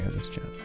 ah this chat